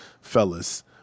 Fellas